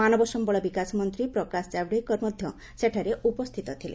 ମାନବସ୍ଥଳ ବିକାଶ ମନ୍ତ୍ରୀ ପ୍ରକାଶ ଜାଭଡେକର ମଧ୍ୟ ସେଠାରେ ଉପସ୍ଥିତ ଥିଲେ